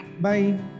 Bye